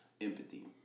empathy